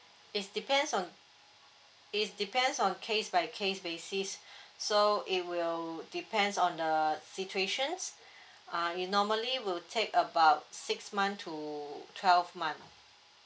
it's depends on it's depends on case by case basis so it will depends on the situations uh it normally will take about six month to twelve month